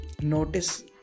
notice